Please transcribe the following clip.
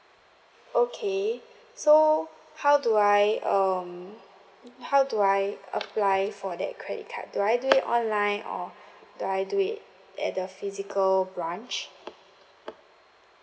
okay so how do I um how do I apply for that credit card do I do it online or do I do it at the physical branch